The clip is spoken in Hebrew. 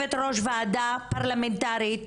יושבת ראש ועדה פרלמנטרית,